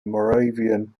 moravian